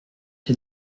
est